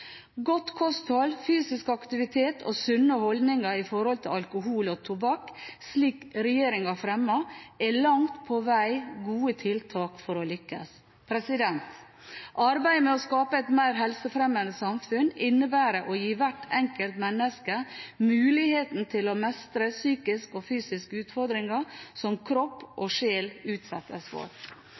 Godt kosthold, fysisk aktivitet og sunne holdninger når det gjelder alkohol og tobakk – slik regjeringen fremmer – er langt på vei gode tiltak for å lykkes. Arbeidet med å skape et mer helsefremmende samfunn innebærer å gi hvert enkelt menneske muligheten til å mestre psykiske og fysiske utfordringer som kropp og sjel utsettes for.